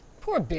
poor